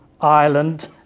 Ireland